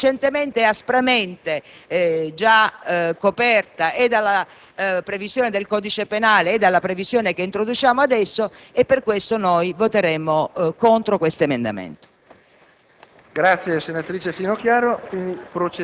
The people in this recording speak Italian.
non solo nelle forme in cui è prevista dal codice penale, ma anche perché nello stesso emendamento della Commissione è prevista una responsabilità dell'editore e, quindi, un obbligo al risarcimento del danno